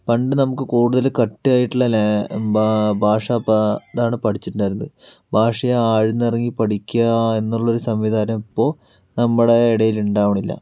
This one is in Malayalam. പണ്ട് നമുക്ക് കൂടുതൽ കട്ടിയായിട്ടുള്ള ഭാഷ അതാണ് പഠിച്ചിട്ട് ഉണ്ടായിരുന്നത് ഭാഷയെ ആഴ്ന്ന് ഇറങ്ങി പഠിക്കുക എന്നുള്ളൊരു സംവിധാനം ഇപ്പോൾ നമ്മുടെ ഇടയിൽ ഉണ്ടാവണില്ല